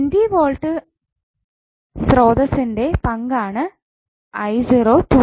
20 volt voltage സ്രോതസ്സ്ഴ്സ്ന്റെ പങ്കാണ് 𝑖′′0